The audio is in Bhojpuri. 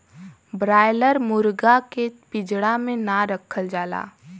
ब्रायलर मुरगा के पिजड़ा में ना रखल जाला